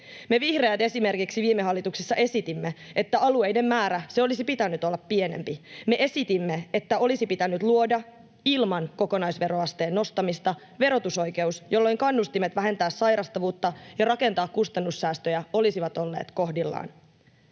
Me vihreät esimerkiksi viime hallituksessa esitimme, että alueiden määrän olisi pitänyt olla pienempi. Me esitimme, että olisi pitänyt luoda ilman kokonaisveroasteen nostamista verotusoikeus, jolloin kannustimet vähentää sairastavuutta ja rakentaa kustannussäästöjä olisivat olleet kohdillaan.